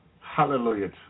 Hallelujah